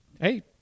Hey